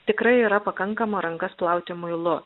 tikrai yra pakankama rankas plauti muilu